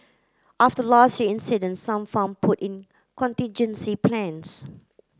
after last year incident some farm put in contingency plans